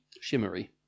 Shimmery